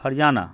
Haryana